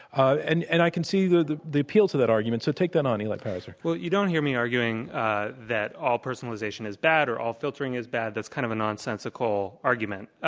and and i can see the the appeal to that argument. so take that on, eli pariser. well, you don't hear me arguing that all personalization is bad or all filtering is bad. that's kind of a nonsensical argument.